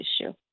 issue